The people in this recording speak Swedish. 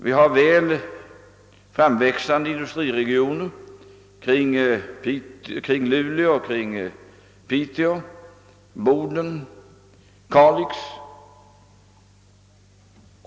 Det finns framväxande industriregioner omkring Luleå, Piteå, Boden och Kalix.